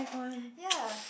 ya